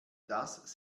das